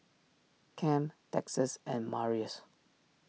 Kem Texas and Marius